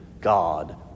God